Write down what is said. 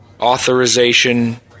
Authorization